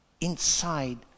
inside